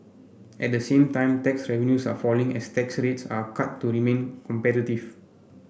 at the same time tax revenues are falling as tax rates are cut to remain competitive